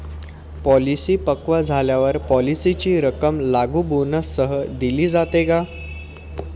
Policy पक्व झाल्यावर पॉलिसीची रक्कम लागू बोनससह दिली जाते का?